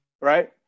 right